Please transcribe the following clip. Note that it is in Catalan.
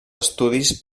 estudis